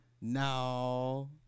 no